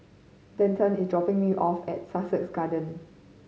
Denton is dropping me off at Sussex Garden